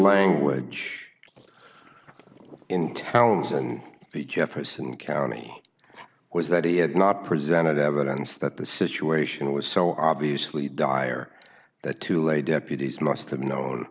language in towns and the jefferson county was that he had not presented evidence that the situation was so obviously dire that to lay deputies must have known